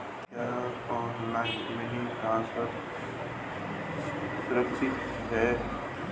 क्या online money transfer सुरक्षित है?